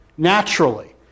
Naturally